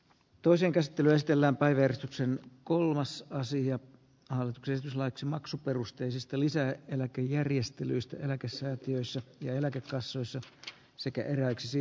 toisen käsittelyn estellä päivystyksen kolmas asiat halki laiksi maksuperusteisesti lisää eläkejärjestelyistä eläkesäätiönsä ja eläkekassoissa asian käsittely keskeytetään